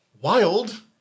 wild